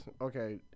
Okay